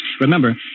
Remember